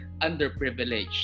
underprivileged